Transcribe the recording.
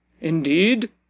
Indeed